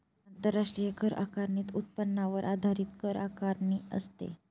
आंतरराष्ट्रीय कर आकारणीत उत्पन्नावर आधारित कर आकारणी असते